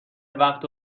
وقت